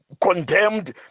condemned